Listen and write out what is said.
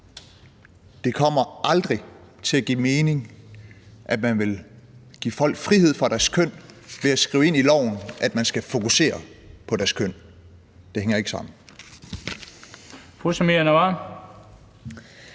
Det kommer aldrig til at give mening, at man vil give folk frihed fra deres køn ved at skrive ind i loven, at man skal fokusere på deres køn; det hænger ikke sammen.